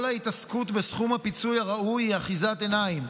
כל ההתעסקות בסכום הפיצוי הראוי היא אחיזת עיניים.